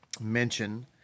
mention